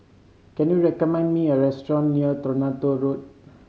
can you recommend me a restaurant near Toronto Road